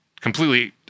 completely